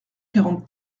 quarante